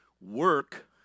Work